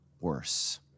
worse